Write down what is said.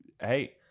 hey